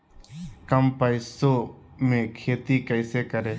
कम पैसों में खेती कैसे करें?